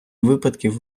випадків